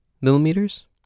millimeters